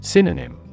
Synonym